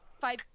Five